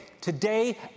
Today